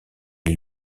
les